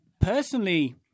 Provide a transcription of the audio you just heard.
personally